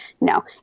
no